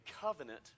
covenant